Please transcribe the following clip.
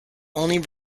only